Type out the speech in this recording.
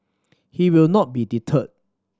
he will not be deterred